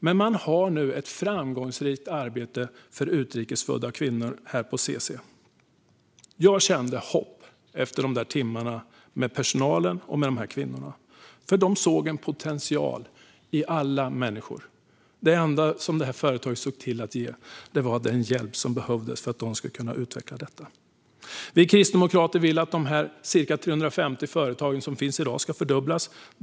Men man har nu ett framgångsrikt arbete för utrikes födda kvinnor på CC. Jag kände hopp efter timmarna där med personalen och dessa kvinnor, eftersom de såg en potential i alla människor. Det enda som detta företag såg till att ge var den hjälp som behövdes för att kvinnorna skulle kunna utveckla detta. Vi kristdemokrater vill att dessa ca 350 företag som finns i dag ska fördubblas.